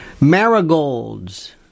Marigolds